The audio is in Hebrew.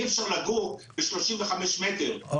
אי אפשר לגור ב-35 מטר,